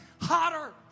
hotter